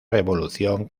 revolución